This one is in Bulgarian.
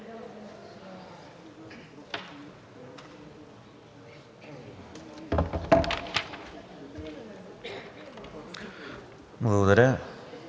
Благодаря.